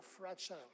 fragile